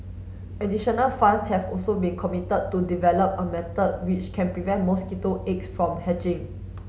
additional funds have also been committed to develop a method which can prevent mosquito eggs from hatching